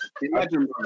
Imagine